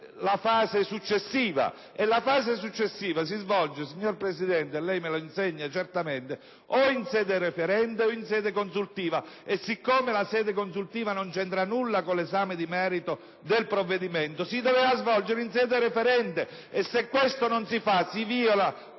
la fase successiva si svolge - lei certamente me lo insegna, signor Presidente - o in sede referente o in sede consultiva; poiché la sede consultiva non c'entra nulla con l'esame di merito del provvedimento, si doveva svolgere in sede referente. Se questo non avviene, si viola